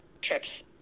trips